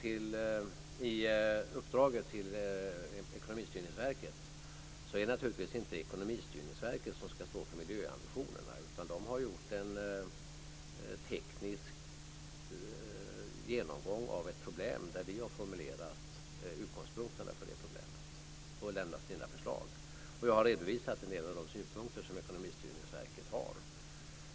I uppdraget till Ekonomistyrningsverket ingår inte att de ska stå för miljöambitionerna. De har gjort en teknisk genomgång av ett problem, och vi har formulerat utgångspunkterna för det problemet. Verket har sedan lämnat sina förslag, och jag har redovisat en del av Ekonomistyrningsverkets synpunkter.